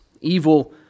evil